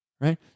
right